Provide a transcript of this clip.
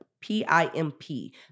P-I-M-P